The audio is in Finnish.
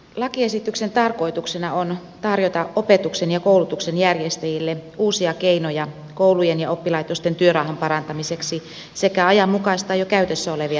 lakiesityksen tarkoituksena on tarjota opetuksen ja koulutuksen järjestäjille uusia keinoja koulujen ja oppilaitosten työrauhan parantamiseksi sekä ajanmukaistaa jo käytössä olevia toimintatapoja